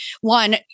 One